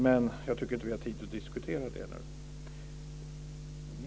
Men jag tycker inte att vi nu har tid att diskutera detta.